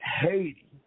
Haiti